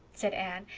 said anne,